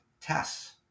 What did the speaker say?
tests